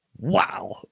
wow